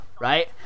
right